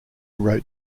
wrote